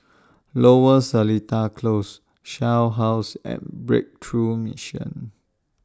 Lower Seletar Close Shell House and Breakthrough Mission